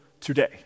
today